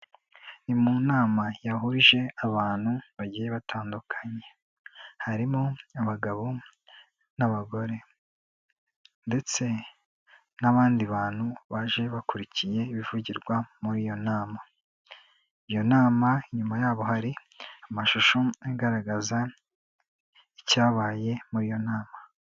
Ni mu nama yahuje abantu bagiye batandukanye. Harimo abagabo n'abagore ndetse n'abandi bantu baje bakurikiye ibivugirwa muri iyo nama. Iyo nama, inyuma yabo hari amashusho agaragaza icyabaye muri iyo nama.